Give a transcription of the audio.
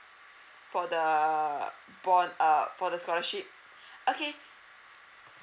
for the bond uh for the scholarship okay